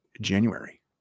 January